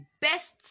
best